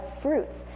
fruits